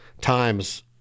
times—